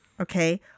okay